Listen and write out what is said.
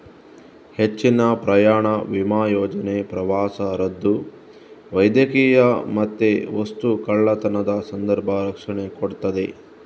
ಹೆಚ್ಚಿನ ಪ್ರಯಾಣ ವಿಮಾ ಯೋಜನೆ ಪ್ರವಾಸ ರದ್ದು, ವೈದ್ಯಕೀಯ ಮತ್ತೆ ವಸ್ತು ಕಳ್ಳತನದ ಸಂದರ್ಭ ರಕ್ಷಣೆ ಕೊಡ್ತದೆ